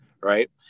Right